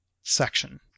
section